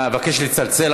אבקש לצלצל.